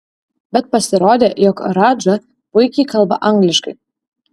bet pasirodė jog radža puikiai kalba angliškai